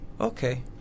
Okay